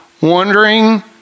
wondering